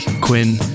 Quinn